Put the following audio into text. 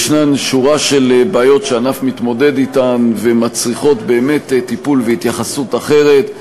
יש שורה של בעיות שהענף מתמודד אתן והן מצריכות טיפול והתייחסות אחרת,